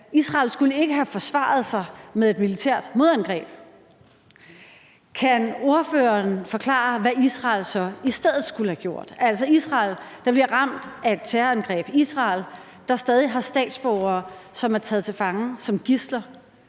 Israel ikke skulle have forsvaret sig med et militært modangreb. Kan ordføreren forklare, hvad Israel så i stedet skulle have gjort – altså Israel, der bliver ramt af et terrorangreb, Israel, der stadig har statsborgere, som er taget til fange som gidsler?